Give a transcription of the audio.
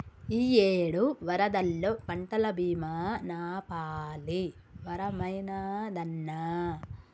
ఇయ్యేడు వరదల్లో పంటల బీమా నాపాలి వరమైనాదన్నా